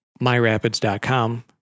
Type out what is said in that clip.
MyRapids.com